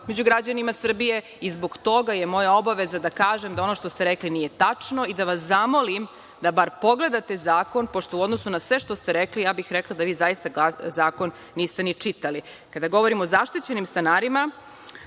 među građanima Srbije, i zbog toga je moja obaveza da kažem, da ono što ste rekli nije tačno, i da vas zamolim da bar pogledate zakon, pošto u odnosu na sve što ste rekli, rekla bih da vi zakon niste ni čitali. Kada govorim o zaštićenim stanarima.